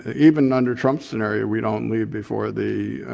even under trump's scenario, we don't leave before the